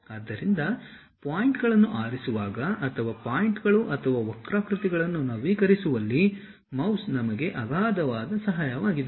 ಆದ್ದರಿಂದ ಪಾಯಿಂಟ್ಗಳನ್ನು ಆರಿಸುವಾಗ ಅಥವಾ ಪಾಯಿಂಟ್ಗಳು ಅಥವಾ ವಕ್ರಾಕೃತಿಗಳನ್ನು ನವೀಕರಿಸುವಲ್ಲಿ ಮೌಸ್ ನಮಗೆ ಅಗಾಧವಾದ ಸಹಾಯವಾಗಿದೆ